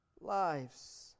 lives